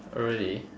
oh really